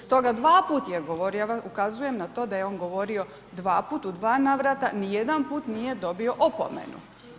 Stoga dvaput je govorio, ja vam ukazujem na to da je on govorio dvaput navrata, nijedan put nije dobio opomenu.